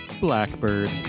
blackbird